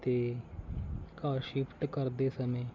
ਅਤੇ ਘਰ ਸ਼ਿਫਟ ਕਰਦੇ ਸਮੇਂ